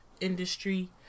industry